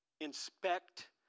Inspect